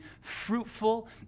fruitful